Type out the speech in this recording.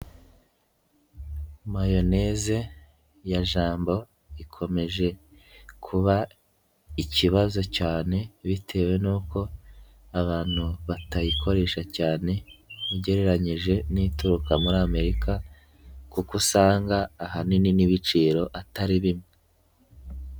Mayoneze ya Jambo ikomeje kuba ikibazo cyane, bitewe n'uko abantu batayikoresha cyane, ugereranyije n'ituruka muri Amerika kuko usanga, ahanini n'ibiciro atari bimwe.